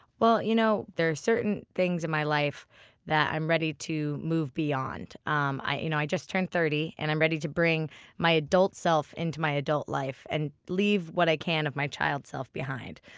you know there are certain things in my life that i'm ready to move beyond. um i you know i just turned thirty. and i'm ready to bring my adult self into my adult life and leave what i can of my child self behind.